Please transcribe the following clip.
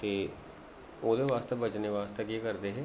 ते ओह्दे आस्तै बचने आस्तै केह् करदे हे